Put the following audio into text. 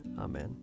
Amen